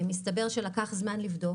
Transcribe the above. לקח זמן לבדוק,